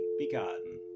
begotten